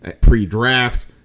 pre-draft